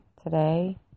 today